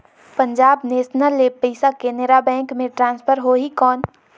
Punjab national ले पइसा Canara bank मे ट्रांसफर होहि कौन?